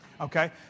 Okay